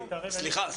סליחה,